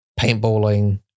paintballing